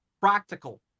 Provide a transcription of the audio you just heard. practical